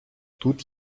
тут